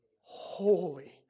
holy